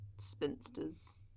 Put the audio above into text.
spinsters